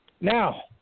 Now